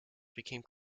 becomes